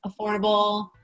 affordable